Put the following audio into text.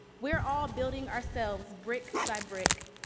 we're all building ourselves brick by brick,